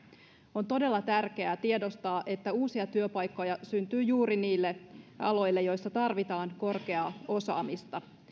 on todella tärkeää tiedostaa että uusia työpaikkoja syntyy juuri niille aloille joilla tarvitaan korkeaa osaamista